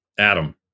Adam